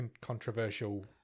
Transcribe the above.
controversial